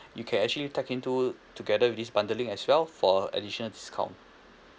you can actually tap into together with this bundling as well for additional discount